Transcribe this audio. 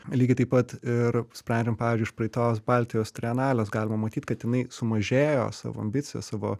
lygiai taip pat ir sprendžiam pavyzdžiui iš praeitos baltijos trienalės galima matyt kad jinai sumažėjo savo ambicija savo